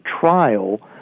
trial